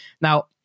Now